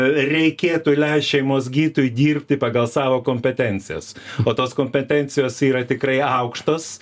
reikėtų leist šeimos gydytojui dirbti pagal savo kompetencijas o tos kompetencijos yra tikrai aukštos